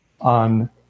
on